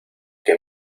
que